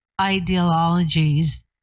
ideologies